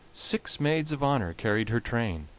six maids of honor carried her train,